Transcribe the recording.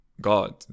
god